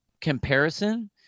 comparison